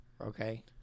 Okay